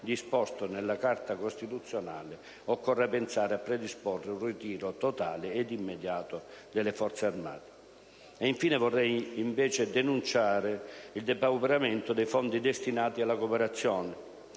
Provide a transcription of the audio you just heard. disposto nella nostra Carta costituzionale, occorra pensare e predisporre un ritiro totale ed immediato delle Forze armate. Vorrei infine invece denunciare il depauperamento dei fondi destinati alla cooperazione.